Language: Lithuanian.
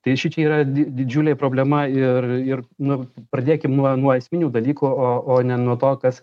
tai šičia yra di didžiulė problema ir ir nu pradėkim nuo nuo esminių dalykų o o ne nuo to kas